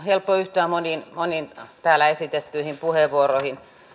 helppo yhtyä moniin täällä esitettyihin puheenvuoroihin